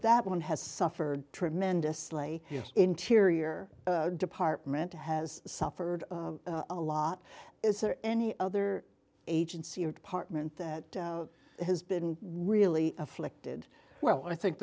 that one has suffered tremendously his interior department has suffered a lot is there any other agency or department that has been really afflicted well i think